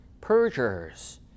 perjurers